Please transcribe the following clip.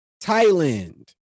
Thailand